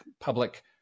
public